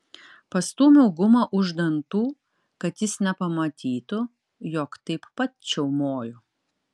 pastūmiau gumą už dantų kad jis nepamatytų jog taip pat čiaumoju